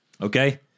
Okay